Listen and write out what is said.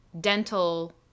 dental